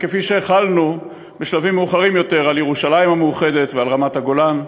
וכפי שהחלנו בשלבים מאוחרים יותר על ירושלים המאוחדת ועל רמת-הגולן.